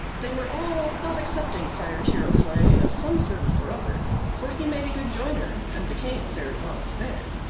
they were all, not excepting friar giroflee, of some service or other for he made a good joiner, and became a very honest man.